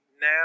now